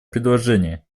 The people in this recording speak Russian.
предложение